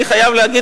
אני חייב להגיד,